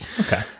Okay